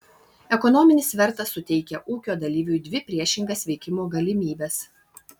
ekonominis svertas suteikia ūkio dalyviui dvi priešingas veikimo galimybes